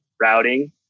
routing